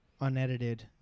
unedited